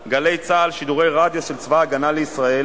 צה"ל" שידורי רדיו של צבא-הגנה לישראל